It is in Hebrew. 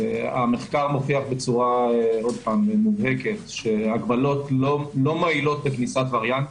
המחקר מוכיח בצורה מובהקת שההגבלות לא מונעות כניסת וריאנטים.